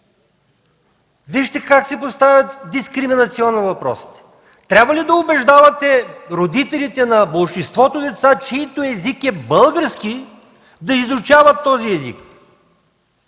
Вижте как се поставя дискриминационно въпросът! Трябва ли да убеждавате родителите на болшинството деца, чийто език е български, да изучават този език?